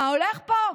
מה הולך פה?